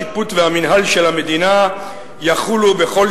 השיפוט והמינהל של המדינה יחולו בכל